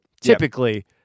typically